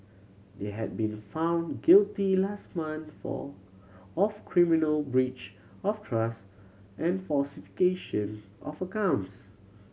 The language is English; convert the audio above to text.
they had been found guilty last month for of criminal breach of trust and falsification of accounts